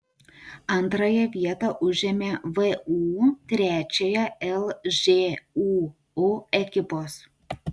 antrąją vietą užėmė vu trečiąją lžūu ekipos